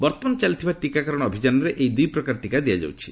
ବର୍ତ୍ତମାନ ଚାଲିଥିବା ଟିକାକରଣ ଅଭିଯାନରେ ଏହି ଦୁଇ ପ୍ରକାର ଟିକା ଦିଆଯାଉଛି